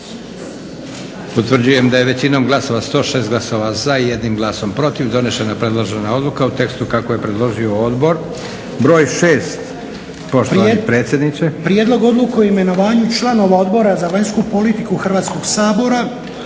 Utvrđujem da je većinom glasova 106 glasova za i 1 glasom protiv donešena predložena odluka u tekstu kako je predložio odbor. Idemo na broj 6 poštovani predsjedniče. **Lučin, Šime (SDP)** Prijedlog odluke o imenovanju članova Odbora za vanjsku politiku Hrvatskog sabora.